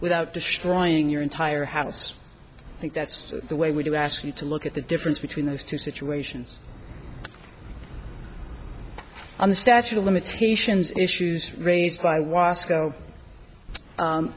without destroying your entire house i think that's the way we do ask you to look at the difference between those two situations and the statute of limitations issues raised by